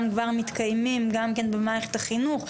גם כבר מתקיימים גם במערכת החינוך,